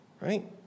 Right